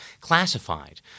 classified